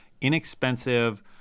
inexpensive